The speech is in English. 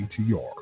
BTR